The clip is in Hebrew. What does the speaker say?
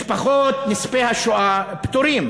משפחות נספי השואה פטורים